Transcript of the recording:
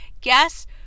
Guess